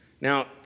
Now